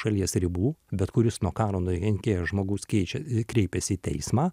šalies ribų bet kuris nuo karo nukentėjęs žmogus keičia kreipiasi į teismą